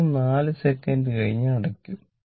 S2 4 second കഴിഞ്ഞ് അടയ്ക്കും